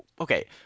okay